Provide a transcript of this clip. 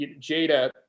Jada